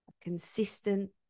consistent